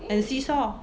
and seesaw